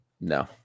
No